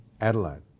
Adelaide